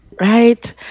right